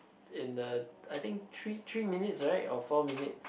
in the I think three three minutes right or four minutes